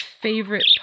favorite